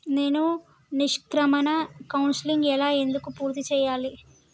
నేను నిష్క్రమణ కౌన్సెలింగ్ ఎలా ఎందుకు పూర్తి చేయాలి?